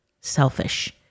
selfish